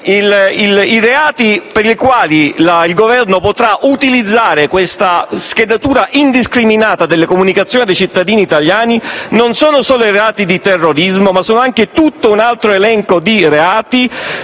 sottolineare che il Governo potrà utilizzare una siffatta schedatura indiscriminata delle comunicazioni dei cittadini italiani non solo per i reati di terrorismo, ma anche per tutto un altro elenco di reati